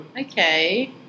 Okay